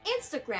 Instagram